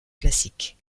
classique